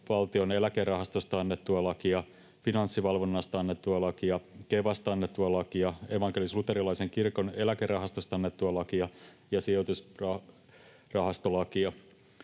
Valtion eläkerahastosta annettua lakia, Finanssivalvonnasta annettua lakia, Kevasta annettua lakia, evankelis-luterilaisen kirkon eläkerahastosta annettua lakia ja sijoitusrahastolakia.